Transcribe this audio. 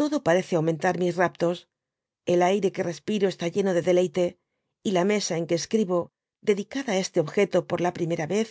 todo parece aumentar mis raptos el ayre que respiro está lleno de deleite y la mesa en que escribo dedicada d este objeto por la primera vez